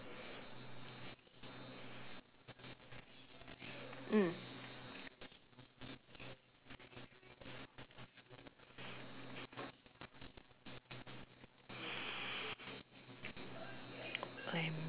mm